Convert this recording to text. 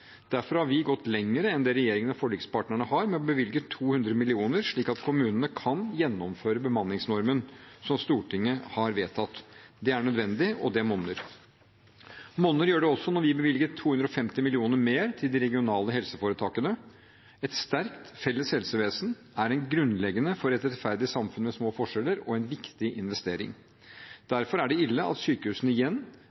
Derfor har vi gått lenger enn det regjeringen og forlikspartnerne har, med å bevilge 200 mill. kr, slik at kommunene kan gjennomføre bemanningsnormen som Stortinget har vedtatt. Det er nødvendig, og det monner. Monner gjør det også når vi bevilger 250 mill. kr mer til de regionale helseforetakene. Et sterkt felles helsevesen er grunnleggende for et rettferdig samfunn med små forskjeller og er en viktig investering.